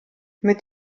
mit